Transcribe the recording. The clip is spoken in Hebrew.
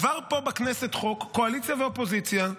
עבר פה בכנסת חוק, קואליציה ואופוזיציה,